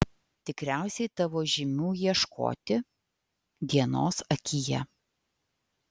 tikriausiai tavo žymių ieškoti dienos akyje